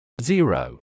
Zero